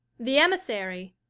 the emissary,